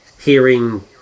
hearing